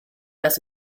las